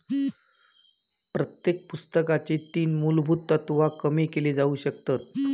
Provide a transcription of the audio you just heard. प्रत्येक पुस्तकाची तीन मुलभुत तत्त्वा कमी केली जाउ शकतत